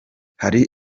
hari